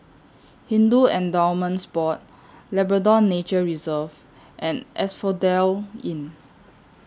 Hindu Endowments Board Labrador Nature Reserve and Asphodel Inn